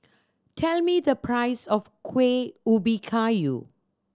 tell me the price of Kuih Ubi Kayu